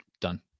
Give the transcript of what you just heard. Done